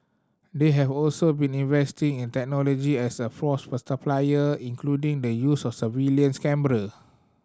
they have also been investing in technology as a force multiplier including the use of surveillance camera